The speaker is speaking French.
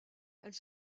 elle